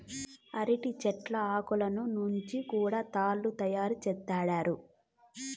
అరటి చెట్ల ఆకులను నుంచి కూడా తాళ్ళు తయారు చేత్తండారు